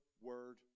word